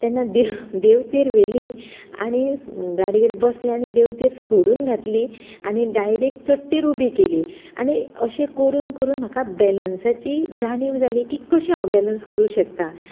तेन्ना देंवतेर व्हेली आनी गाडयेर बसलें आनी देंवतेर सोडून घातली आनी डायरेक्ट चडटेर उबी केली आनी अशें करून करून म्हाका बेलंसाची जाणीव जाली की कशी हांव बेलंस करूं शकतां